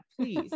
please